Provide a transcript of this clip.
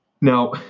Now